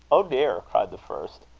oh, dear cried the first,